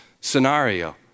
scenario